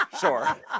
Sure